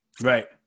Right